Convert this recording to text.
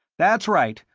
that's right,